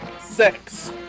Six